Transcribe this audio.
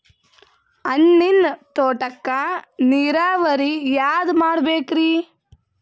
ಹಣ್ಣಿನ್ ತೋಟಕ್ಕ ನೀರಾವರಿ ಯಾದ ಮಾಡಬೇಕ್ರಿ?